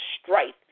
strife